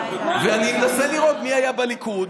ואני מנסה לראות מי היה בליכוד.